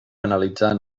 analitzant